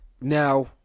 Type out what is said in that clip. now